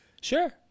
sure